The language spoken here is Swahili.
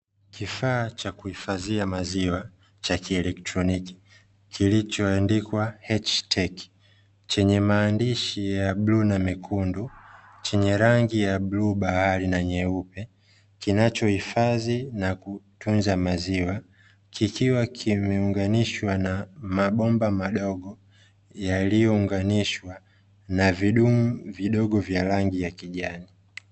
Kifaa cha kuhifadhia maziwa cha kieletroniki kilichoandikwa ''H-TECH'' chenye maandishi ya bluu na mekundu, chenye rangi ya bluu bahari na nyeupe kinachohifadhi na kutunza maziwa, kikiwa kimeunganishwa na mabomba madogo yaliyounganishwa na vidumu vidogo vya rangi ya kijani.